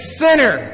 sinner